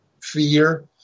fear